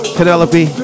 Penelope